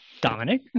Dominic